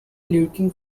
lurking